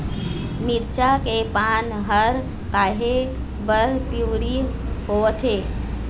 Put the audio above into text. मिरचा के पान हर काहे बर पिवरी होवथे?